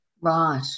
Right